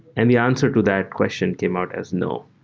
and the answer to that question came out as no.